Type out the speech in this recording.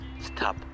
Stop